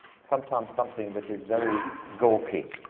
sometimes something that is very gawky,